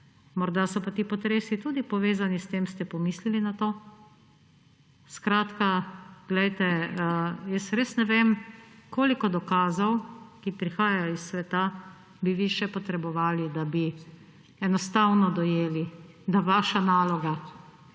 Morda so pa ti potresi povezani s tem. Ste pomislili na to? Skratka, res ne vem, koliko dokazov, ki prihajajo iz sveta, bi vi še potrebovali, da bi enostavno dojeli, da vaša naloga